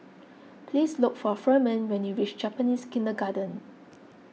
please look for Firman when you reach Japanese Kindergarten